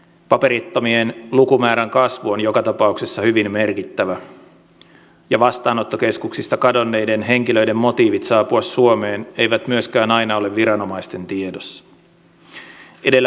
paperittomien lukumäärän kasvu on joka tapauksessa hyvin merkittävä ja vastaanottokeskuksista kadonneiden henkilöiden motiivit saapua suomeen eivät myöskään aina ole viranomaisten tiedossa